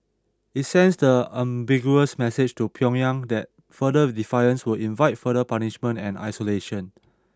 it sends the unambiguous message to Pyongyang that further defiance will invite further punishment and isolation